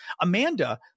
Amanda